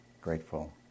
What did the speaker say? grateful